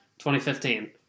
2015